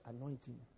anointing